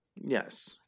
Yes